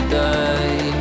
die